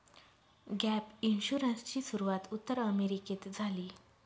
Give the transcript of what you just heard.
gap इन्शुरन्सची सुरूवात उत्तर अमेरिकेत झाली